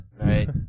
right